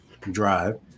Drive